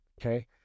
Okay